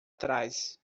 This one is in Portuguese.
trás